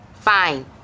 Fine